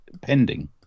pending